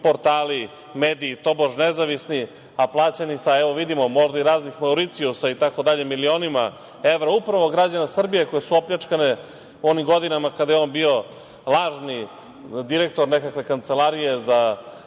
portali, mediji, tobož nezavisni, a plaćeni sa, evo, vidimo, možda i raznih Mauricijusa itd, milionima evra upravo građana Srbije, koji su opljačkani onih godina kada je on bio lažni direktor nekakve Kancelarije za